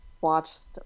watched